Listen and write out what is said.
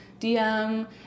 DM